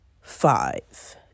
five